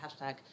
hashtag